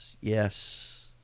Yes